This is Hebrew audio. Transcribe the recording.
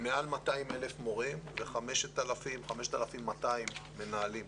מעל 200,000 מורים ו-5,200-5,000 מנהלים.